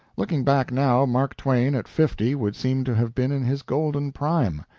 looking back now, mark twain at fifty would seem to have been in his golden prime.